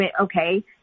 Okay